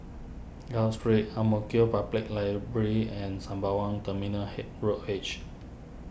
Gul Street Ang Mo Kio Public Library and Sembawang Terminal he Road H